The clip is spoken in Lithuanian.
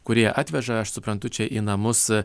kurie atveža aš suprantu čia į namus